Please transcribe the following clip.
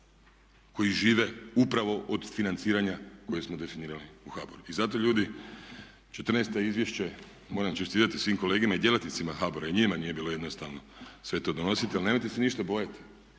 koji žive upravo od financiranja koje smo definirali u HBOR-u. I zato ljudi četrnaesta izvješće moram čestitati svim kolegama i djelatnicima HBOR-a. I njima nije bilo jednostavno sve to donositi, ali nemojte se ništa bojati.